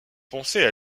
pensez